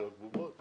אנחנו בובות?